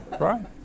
right